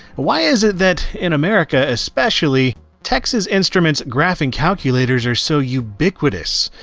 why is it that in america, especially, texas instruments graphing calculators are so ubiquitous?